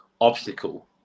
obstacle